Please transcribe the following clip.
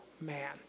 man